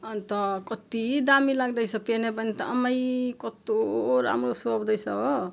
अनि त कति दामी लाग्दैछ पेहने भनें त आमै कस्तो राम्रो सुहाउँदै छ हो